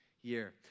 year